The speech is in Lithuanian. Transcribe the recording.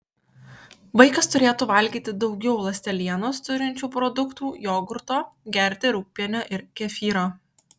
vaikas turėtų valgyti daugiau ląstelienos turinčių produktų jogurto gerti rūgpienio ir kefyro